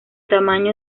tamaño